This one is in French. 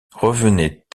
revenait